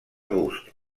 gust